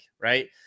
Right